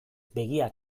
begia